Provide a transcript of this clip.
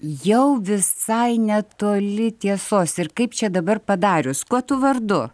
jau visai netoli tiesos ir kaip čia dabar padarius kuo tu vardu